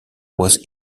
was